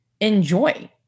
Enjoy